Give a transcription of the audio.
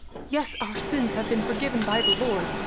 yes, our sins have been forgiven by the lord,